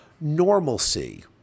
normalcy